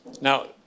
Now